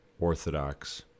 orthodox